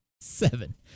Seven